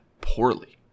poorly